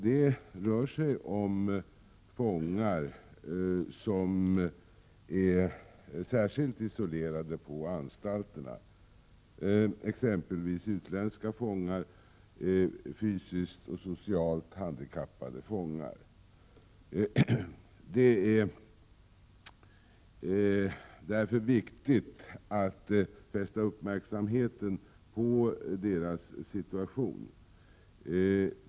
Det rör sig om fångar som är särskilt isolerade på anstalterna, exempelvis utländska fångar och fysiskt och socialt handikappade fångar. Det är viktigt att fästa uppmärksamheten på deras situation.